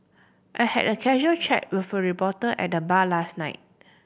I had a casual chat with a reporter at the bar last night